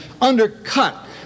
undercut